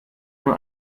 nur